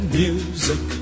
music